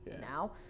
now